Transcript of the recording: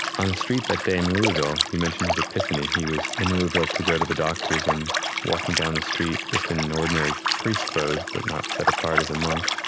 on the street that day in louisville, you mentioned his epiphany. he was in louisville to go to the doctor's and walking down the street just in ordinary priest's clothes but not set apart as a monk.